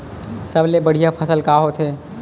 सबले बढ़िया फसल का होथे?